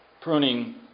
pruning